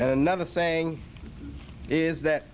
another thing is that